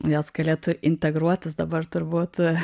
jos galėtų integruotis dabar turbūt